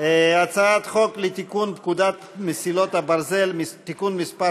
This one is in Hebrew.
הצעת חוק לתיקון פקודת מסילות הברזל (תיקון מס'